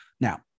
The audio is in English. Now